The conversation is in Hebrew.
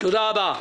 תודה רבה.